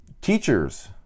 Teachers